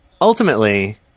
ultimately